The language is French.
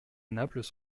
naples